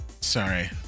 sorry